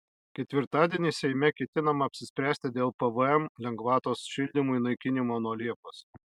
ketvirtadienį seime ketinama apsispręsti dėl pvm lengvatos šildymui naikinimo nuo liepos